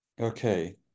Okay